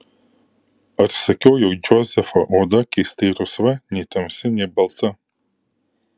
ar sakiau jog džozefo oda keistai rusva nei tamsi nei balta